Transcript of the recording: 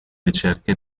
ricerche